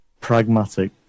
pragmatic